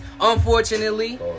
unfortunately